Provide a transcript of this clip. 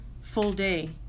full-day